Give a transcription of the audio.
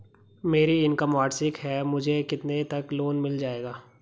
मेरी इनकम वार्षिक है मुझे कितने तक लोन मिल जाएगा?